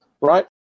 right